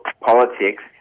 politics